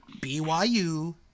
BYU